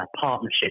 partnership